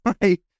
Right